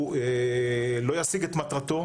הוא לא ישיג את מטרתו.